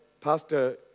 Pastor